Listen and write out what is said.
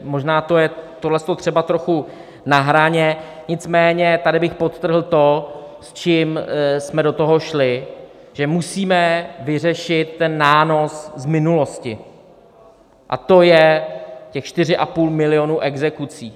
Možná to je třeba trochu na hraně, nicméně tady bych podtrhl to, s čím jsme do toho šli, že musíme vyřešit ten nános z minulosti, a to je těch 4,5 milionu exekucí.